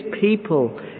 people